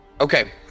Okay